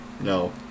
No